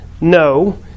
No